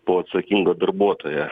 po atsakingą darbuotoją